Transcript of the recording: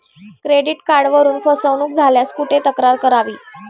Credit कार्डवरून फसवणूक झाल्यास कुठे तक्रार करावी?